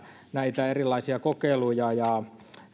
näitä erilaisia kokeiluja ja